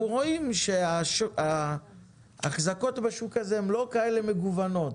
רואים שהאחזקות בשוק הזה הן לא כאלה מגוונות.